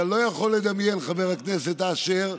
אתה לא יכול לדמיין, חבר הכנסת אשר,